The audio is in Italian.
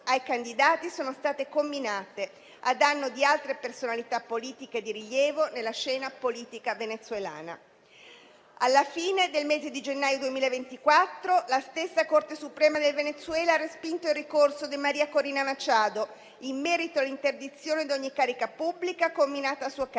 ai candidati sono state irrogate a danno di altre personalità politiche di rilievo nella scena politica venezuelana. Alla fine del mese di gennaio 2024, la stessa Corte suprema del Venezuela ha respinto il ricorso di Maria Corina Machado in merito all'interdizione ad ogni carica pubblica inflitta a suo carico,